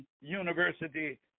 University